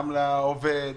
גם לעובד,